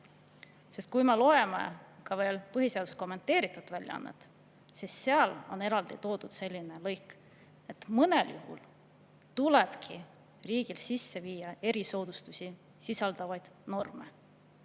tehtud. Kui me loeme põhiseaduse kommenteeritud väljaannet, siis seal on eraldi toodud selline lõik, et mõnel juhul tulebki riigil sisse viia erisoodustusi sisaldavaid norme.